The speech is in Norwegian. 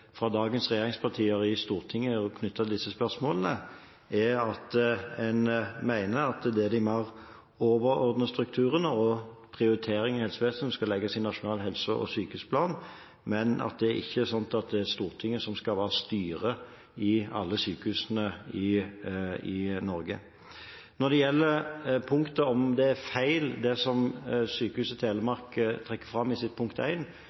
fra dagens regjeringspartier i Stortinget knyttet til disse spørsmålene, er at en mener at det er de mer overordnede strukturene og prioriteringene i helsevesenet som skal legges i Nasjonal helse- og sykehusplan, men at det ikke er sånn at Stortinget skal være styre i alle sykehusene i Norge. Når det gjelder om det er feil det som Sykehuset Telemark trekker fram i sitt punkt 1, så baserer det seg på en